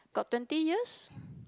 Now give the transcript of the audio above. got twenty years